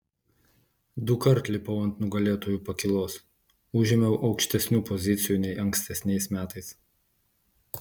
dukart lipau ant nugalėtojų pakylos užėmiau aukštesnių pozicijų nei ankstesniais metais